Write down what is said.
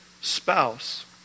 spouse